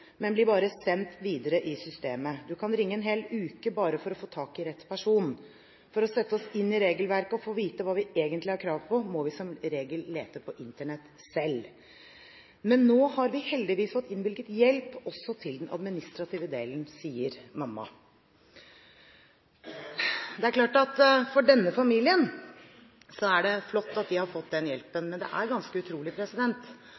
men blir bare sendt videre i systemet. Du kan ringe en hel uke bare for å få tak i rett person. For å sette oss inn i regelverket, og for å få vite hva vi egentlig har krav på, må vi som regel lete på Internett selv. Men nå har vi heldigvis fått innvilget hjelp også til den administrative delen, sier mamma.» Det er klart at for denne familien, er det flott at de har fått den